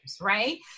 right